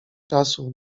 czasu